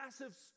massive